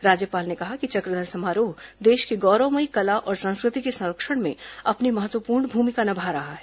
राज्यपाल ने कहा कि चक्रधर समारोह देश की गौरवमयी कला और संस्कृति के संरक्षण में अपनी महत्वपूर्ण भूमिका निभा रहा है